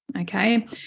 Okay